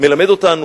מלמד אותנו,